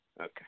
Okay